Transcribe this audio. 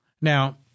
Now